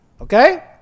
Okay